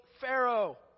Pharaoh